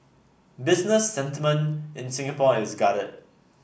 business sentiment in Singapore is guarded